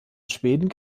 schweden